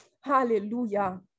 Hallelujah